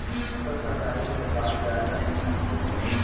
फसल कटाई के बाद ज्यादा नुकसान होबो हइ